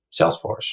Salesforce